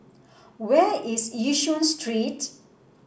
where is Yishun Street